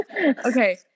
Okay